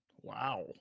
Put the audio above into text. Wow